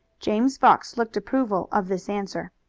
james fox looked approval of this answer.